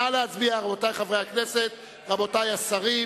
נא להצביע, רבותי חברי הכנסת, רבותי השרים,